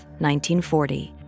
1940